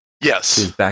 Yes